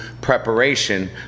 preparation